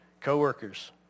co-workers